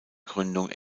gründung